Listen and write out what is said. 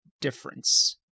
difference